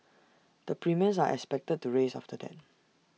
the premiums are expected to rise after that